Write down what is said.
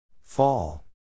Fall